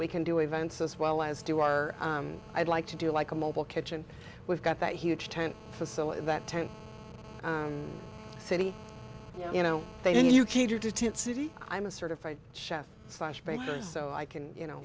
we can do events as well as do our i'd like to do like a mobile kitchen we've got that huge tent facility that tent city you know they can you keep your tent city i'm a certified chef slash banker so i can you know